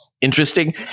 interesting